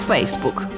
Facebook